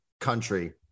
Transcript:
country